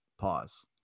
pause